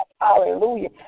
Hallelujah